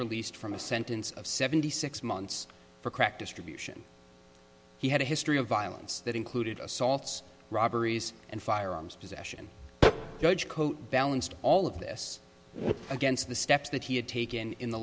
released from a sentence of seventy six months for crack distribution he had a history of violence that included assaults robberies and firearms possession judge coat balanced all of this against the steps that he had taken in the